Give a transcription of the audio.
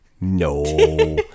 No